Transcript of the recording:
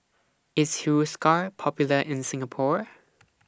IS Hiruscar Popular in Singapore